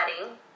wedding